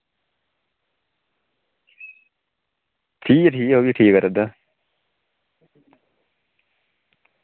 ठीक ऐ ठीक ऐ ओह् बी ठीक करा दा